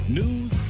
news